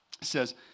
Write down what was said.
says